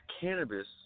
cannabis